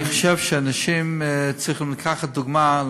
אני חושב שאנשים צריכים לקחת דוגמה.